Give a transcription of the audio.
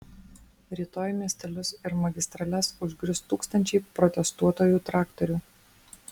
rytoj miestelius ir magistrales užgrius tūkstančiai protestuotojų traktorių